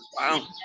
wow